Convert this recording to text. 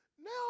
Now